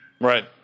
Right